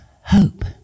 hope